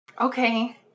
Okay